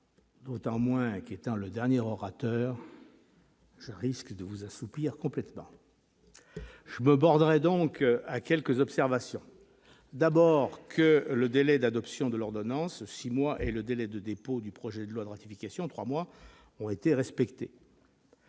d'autant moins qu'étant le dernier orateur je risque de vous assoupir complètement ! Je me bornerai donc à quelques observations. D'abord, le délai d'adoption de l'ordonnance, de six mois, et le délai de dépôt du projet de loi de ratification, de trois mois, ont été respectés.